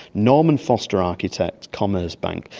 norman foster architect, commerzbank,